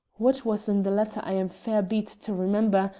what was in the letter i am fair beat to remember,